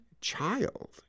child